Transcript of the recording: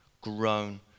grown